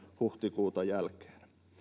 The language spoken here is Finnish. huhtikuuta jälkeen